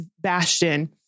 bastion